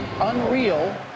unreal